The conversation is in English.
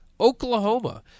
Oklahoma